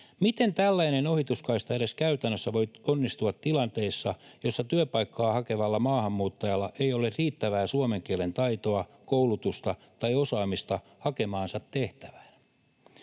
Miten tällainen ohituskaista edes käytännössä voi onnistua tilanteissa, joissa työpaikkaa hakevalla maahanmuuttajalla ei ole riittävää suomen kielen taitoa, koulutusta tai osaamista hakemaansa tehtävään?